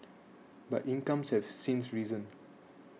but incomes have since risen